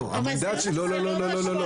לא, המנדט שלי --- לא לא לא.